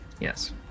Yes